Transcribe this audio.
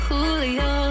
Julio